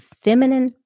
feminine